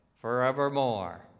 forevermore